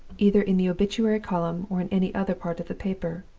either in the obituary column or in any other part of the paper.